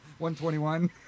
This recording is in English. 121